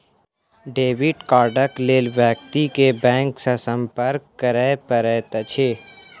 debit कार्डक लेल व्यक्ति के बैंक सॅ संपर्क करय पड़ैत अछि